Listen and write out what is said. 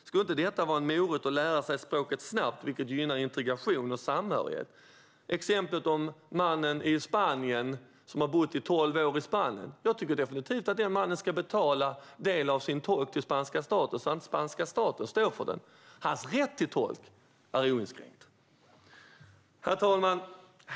Skulle inte detta vara en morot för att lära sig språket snabbt, vilket gynnar integration och samhörighet? När det gäller exemplet med mannen som har bott tolv år i Spanien tycker jag definitivt att han ska betala en del av sin tolkkostnad till den spanska staten, så att inte den spanska staten får stå för den kostnaden. Hans rätt till tolk är dock oinskränkt. Herr talman!